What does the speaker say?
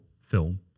film